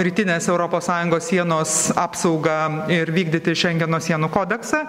rytinės europos sąjungos sienos apsaugą ir vykdyti šengeno sienų kodeksą